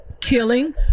killing